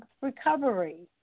recovery